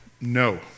No